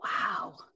Wow